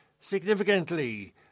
significantly